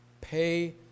Pay